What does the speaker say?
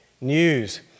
news